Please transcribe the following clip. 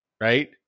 right